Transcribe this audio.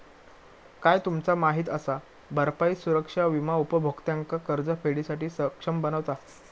काय तुमचा माहित असा? भरपाई सुरक्षा विमा उपभोक्त्यांका कर्जफेडीसाठी सक्षम बनवता